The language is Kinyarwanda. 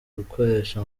gukoresha